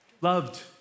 Loved